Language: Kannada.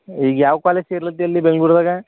ಯಾವ ಕಾಲೇಜ್ ಸೇರ್ಲಾಕ್ದಿ ಅಲ್ಲಿ ಬೆಂಗ್ಳೂರ್ದಾಗ